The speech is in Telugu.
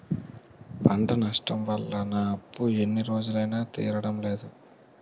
పంట నష్టం వల్ల నా అప్పు ఎన్ని రోజులైనా తీరడం లేదు